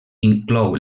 inclou